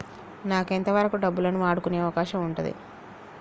నాకు ఎంత వరకు డబ్బులను వాడుకునే అవకాశం ఉంటది?